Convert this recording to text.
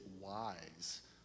wise